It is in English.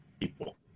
people